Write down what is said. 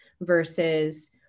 versus